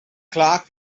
clark